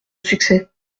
succès